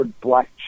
Black